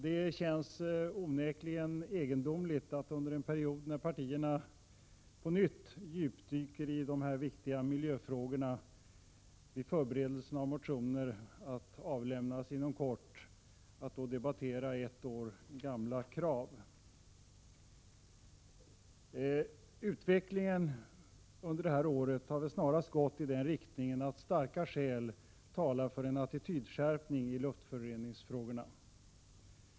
Det känns onekligen egendomligt att under en period när partierna på nytt djupdyker i dessa viktiga miljöfrågor och vid förberedelsen av motioner att avlämnas inom kort debattera ett år gamla krav. Utvecklingen under året har väl snarast gått i den riktningen att starka skäl talar för en attitydskärpning i luftföroreningsfrågorna.